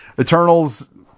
Eternals